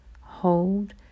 hold